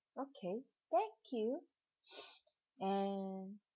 okay thank you and